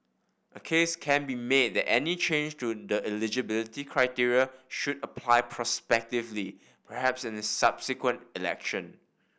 a case can be made that any change to the eligibility criteria should apply prospectively perhaps in the subsequent election